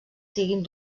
siguin